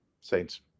Saints